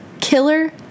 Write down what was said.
killer